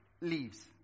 leaves